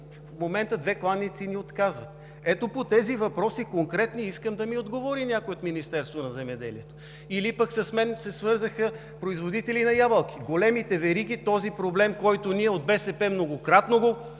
в момента две кланици ни отказват.“ Ето по тези конкретни въпроси искам да ми отговори някой от Министерството на земеделието! Или пък – с мен се свързаха производители на ябълки. В големите вериги – този проблем, който ние от БСП многократно го